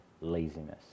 laziness